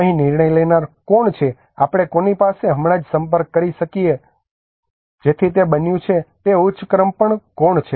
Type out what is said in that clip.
અહીં નિર્ણય લેનાર કોણ છે કે આપણે કોની પાસે હમણાં જ સંપર્ક કરી શકીએ જેથી તે બન્યું કે ઉચ્ચ ક્રમ પર કોણ છે